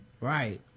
Right